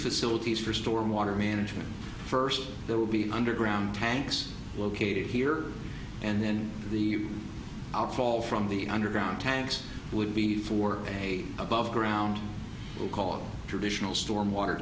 facilities for storm water management first there will be underground tanks located here and then the outfall from the underground tanks would be for a above ground we'll call traditional storm water